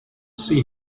see